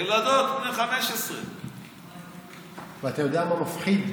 ילדות בנות 15. ואתה יודע מה מפחיד?